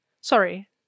Sorry